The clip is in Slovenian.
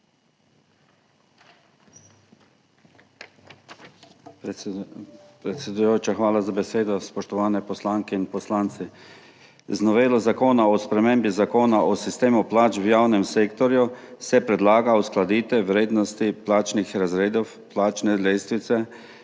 hvala za besedo. Spoštovane poslanke in poslanci! Z novelo Zakona o spremembi Zakona o sistemu plač v javnem sektorju se predlaga uskladitev vrednosti plačnih razredov plačne lestvice